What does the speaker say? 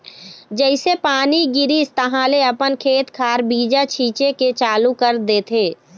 जइसे पानी गिरिस तहाँले अपन खेत खार बीजा छिचे के चालू कर देथे